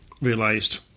realised